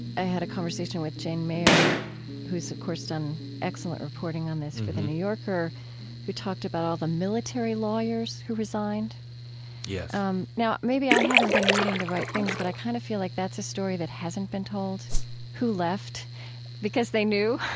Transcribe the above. i had a conversation with jane mayer who's of course done excellent reporting on this for the new yorker who talked about all the military lawyers who resigned yes yeah um now, maybe i haven't been reading the right things, but i kind of feel like that's a story that hasn't been told who left because they knew.